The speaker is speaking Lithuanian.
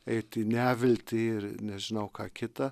eiti į neviltį ir nežinau ką kita